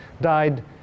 died